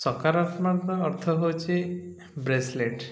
ସକାରାତ୍ମକ ଅର୍ଥ ହେଉଛି ବ୍ରେସଲେଟ୍